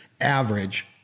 average